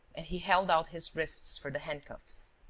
and he held out his wrists for the handcuffs.